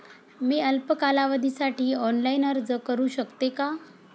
मी अल्प कालावधीसाठी ऑनलाइन अर्ज करू शकते का?